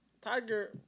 Tiger